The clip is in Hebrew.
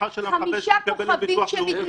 המשפחה של המחבל שלנו מקבלת ביטוח לאומי.